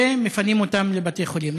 ומפנים אותם לבתי-חולים.